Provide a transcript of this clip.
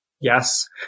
yes